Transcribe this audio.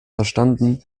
verstanden